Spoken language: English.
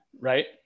Right